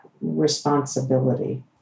responsibility